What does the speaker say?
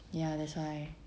ya that's right